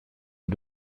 who